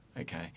Okay